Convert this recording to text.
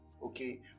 Okay